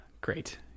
Great